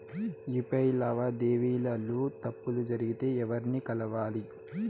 UPI లావాదేవీల లో తప్పులు జరిగితే ఎవర్ని కలవాలి?